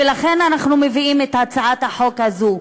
ולכן אנחנו מביאים את הצעת החוק הזו.